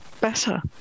better